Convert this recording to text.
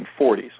1940s